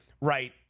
right